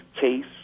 case